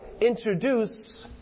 introduce